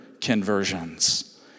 conversions